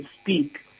speak